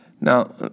Now